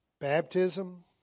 baptism